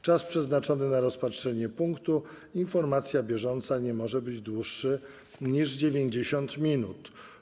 Czas przeznaczony na rozpatrzenie punktu: Informacja bieżąca nie może być dłuższy niż 90 minut.